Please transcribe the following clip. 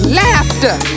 laughter